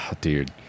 Dude